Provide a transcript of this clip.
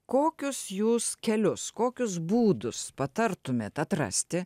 kokius jūs kelius kokius būdus patartumėt atrasti